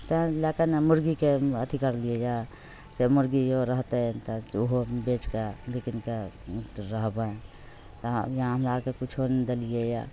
तहि लैके ने मुर्गीके अथी करलिए हँ से मुर्गी जे रहिते तऽ ओहो बेचके बिकनिके रहबै हमरा आरके किछु नहि देलिए हँ